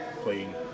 playing